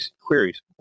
queries